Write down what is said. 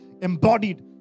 embodied